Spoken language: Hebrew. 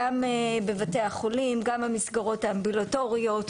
גם בבתי החולים, גם במסגרות האמבולטוריות,